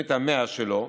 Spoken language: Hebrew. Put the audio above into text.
תוכנית המאה שלו,